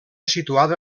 situada